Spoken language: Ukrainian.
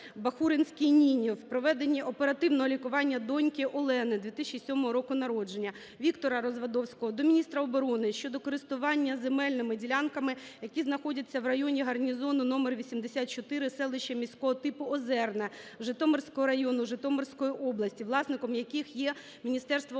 Бахуринській Ніні у проведенні оперативного лікування доньки Олени 2007 року народження. Віктора Развадовського до міністра оборони щодо користування земельними ділянками, які знаходяться в районі гарнізону № 84 селища міського типу Озерне Житомирського району, Житомирської області, власником яких є Міністерство оборони.